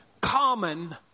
common